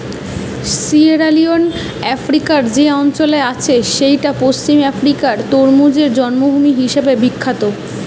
Sierra Leone আফ্রিকার যে অঞ্চলে আছে সেইটা পশ্চিম আফ্রিকার তরমুজের জন্মভূমি হিসাবে বিখ্যাত